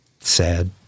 Sad